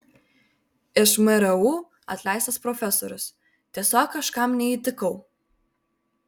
iš mru atleistas profesorius tiesiog kažkam neįtikau